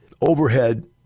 overhead